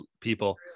people